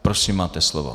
Prosím, máte slovo.